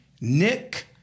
Nick